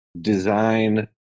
design